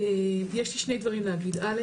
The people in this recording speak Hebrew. יש לי שני דברים להגיד לך.